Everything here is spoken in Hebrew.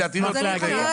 נתתי רגע